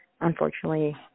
unfortunately